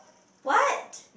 what